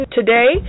today